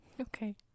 Okay